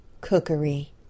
Cookery